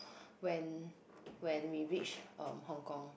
when when we reach um Hong-Kong